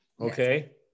Okay